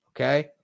Okay